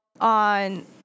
on